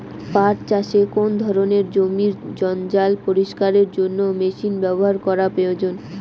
পাট চাষে কোন ধরনের জমির জঞ্জাল পরিষ্কারের জন্য মেশিন ব্যবহার করা প্রয়োজন?